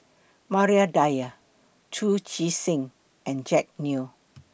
Maria Dyer Chu Chee Seng and Jack Neo